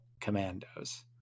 commandos